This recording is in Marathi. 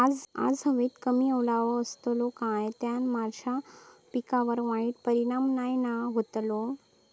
आज हवेत कमी ओलावो असतलो काय त्याना माझ्या पिकावर वाईट परिणाम नाय ना व्हतलो?